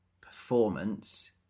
performance